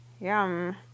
Yum